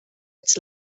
its